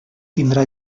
tindrà